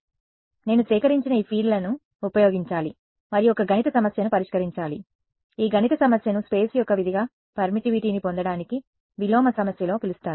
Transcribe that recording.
కాబట్టి నేను సేకరించిన ఈ ఫీల్డ్లను ఉపయోగించాలి మరియు ఒక గణిత సమస్యను పరిష్కరించాలి ఈ గణిత సమస్యను స్పేస్ యొక్క విధిగా పర్మిటివిటీని పొందడానికి విలోమ సమస్యలో పిలుస్తారు